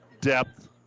depth